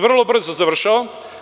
Vrlo brzo završavam.